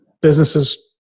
businesses